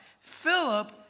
Philip